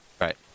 Right